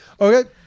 Okay